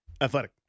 Athletic